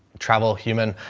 travel human,